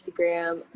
Instagram